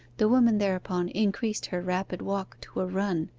the woman thereupon increased her rapid walk to a run,